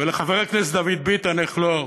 ולחבר הכנסת דוד ביטן, איך לא,